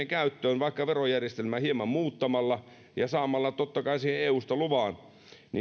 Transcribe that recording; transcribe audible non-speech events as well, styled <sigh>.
<unintelligible> käyttöön vaikka verojärjestelmää hieman muuttamalla ja saamalla totta kai siihen eusta luvan